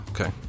Okay